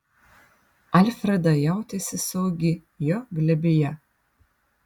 alfreda jautėsi saugi jo glėbyje